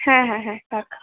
হ্যাঁ হ্যাঁ হ্যাঁ রাখ